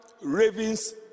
ravens